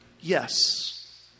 Yes